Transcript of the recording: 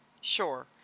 Sure